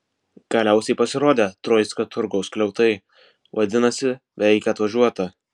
galiausiai pasirodė troickio turgaus skliautai vadinasi beveik atvažiuota